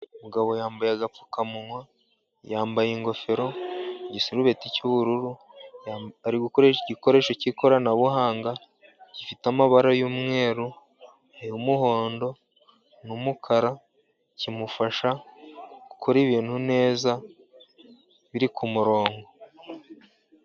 Umugabo yambaye agapfukamunwa, yambaye ingofero, igisirubeti cy'ubururu ari gukoresha igikoresho cy'ikoranabuhanga gifite amabara y'umweru, yumuhondo n'umukara, kimufasha gukora ibintu neza biri kumurongo.